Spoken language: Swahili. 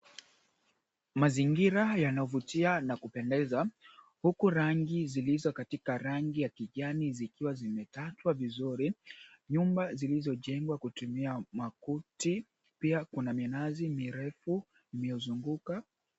Mazingira yanavutia na kupendeza huku rangi zilizo katika rangi ya kijani zikiwa zimetandwa vizuri. Nyumba zilizojengwa kwa kutumia makuti pia kuna minazi mirefu iliyozunguka.